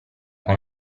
con